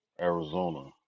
arizona